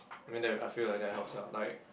I mean that I feel like that helps lah like